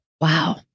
Wow